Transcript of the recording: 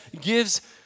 gives